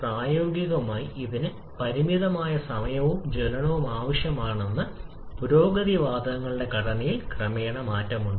പ്രായോഗികമായി ഇതിന് പരിമിതമായ സമയവും ജ്വലനവും ആവശ്യമാണ് പുരോഗതി വാതകങ്ങളുടെ ഘടനയിൽ ക്രമേണ മാറ്റമുണ്ട്